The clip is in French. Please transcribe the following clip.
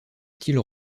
style